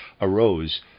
arose